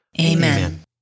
Amen